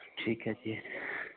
ਠੀਕ ਐ ਜੀ